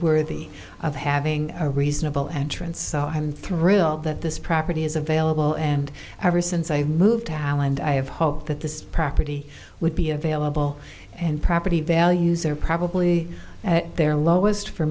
worthy of having a reasonable answer and so i'm thrilled that this property is available and ever since i've moved to hal and i have hope that this property would be available and property values are probably at their lowest for